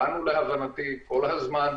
כולנו, להבנתי, רוב הזמן,